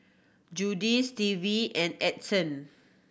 Judie Stevie and Edson